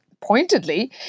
pointedly